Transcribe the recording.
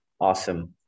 Awesome